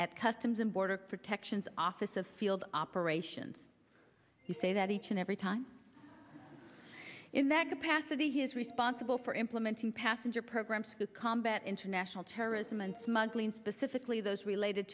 at customs and border protection office of field operations to say that each and every time in that capacity he is responsible for implementing passenger programs to combat international terrorism and smuggling specifically those related